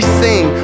sing